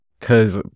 Cause